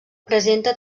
presenta